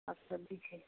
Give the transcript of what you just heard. आओर सब्जी छै